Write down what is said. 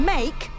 Make